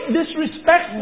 disrespect